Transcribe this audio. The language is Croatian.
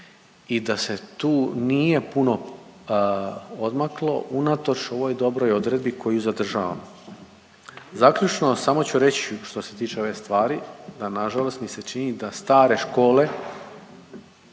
i da se tu nije puno odmaklo unatoč ovoj dobroj odredbi koju zadržavamo. Zaključno samo ću reći što se tiče ove stvari da nažalost mi se čini da stare škole